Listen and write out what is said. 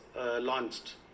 launched